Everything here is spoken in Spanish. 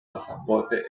pasaporte